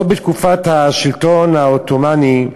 עוד בתקופת השלטון העות'מאני,